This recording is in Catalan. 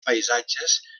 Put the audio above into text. paisatges